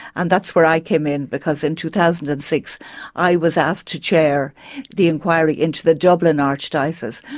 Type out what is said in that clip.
and that's where i came in because in two thousand and six i was asked to chair the inquiry into the dublin archdiocese,